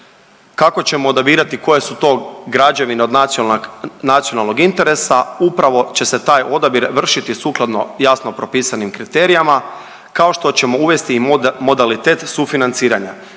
Kako ćemo odabirati koje su to građevine od nacionalnog interesa? Upravo će se taj odabir vršiti sukladno jasno propisanim kriterijama kao što ćemo uvesti i modalitet sufinanciranja.